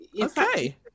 Okay